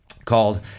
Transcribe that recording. called